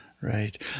right